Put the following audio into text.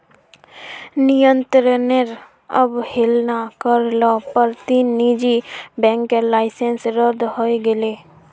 नियंत्रनेर अवहेलना कर ल पर तीन निजी बैंकेर लाइसेंस रद्द हई गेले